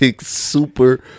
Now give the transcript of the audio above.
super